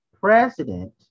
President